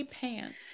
pants